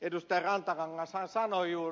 rantakangashan sanoi ed